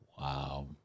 Wow